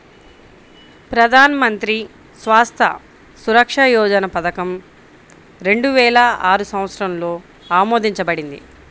ప్రధాన్ మంత్రి స్వాస్థ్య సురక్ష యోజన పథకం రెండు వేల ఆరు సంవత్సరంలో ఆమోదించబడింది